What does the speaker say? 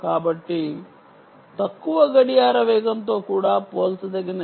కాబట్టి తక్కువ గడియార వేగంతో కూడా పోల్చదగినది